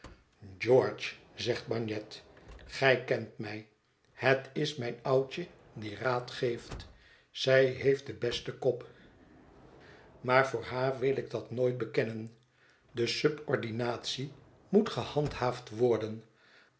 george zegt bagnet gij kent mij het is mijn oudje die raad geeft zij heeft den besten kop maar voor haar wil ik dat nooit bekennen de subordinatie moet gehandhaafd worden